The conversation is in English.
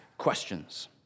Questions